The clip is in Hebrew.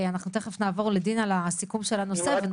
אנחנו תיכף נעבור לדינה לסיכום של הנושא הזה.